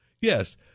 Yes